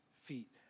feet